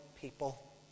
people